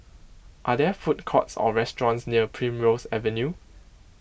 are there food courts or restaurants near Primrose Avenue